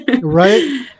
Right